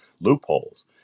loopholes